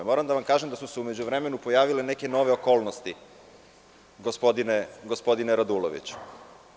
Moram da vam kažem da su se u međuvremenu pojavile neke nove okolnosti gospodine Raduloviću.